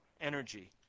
energy